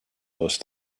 those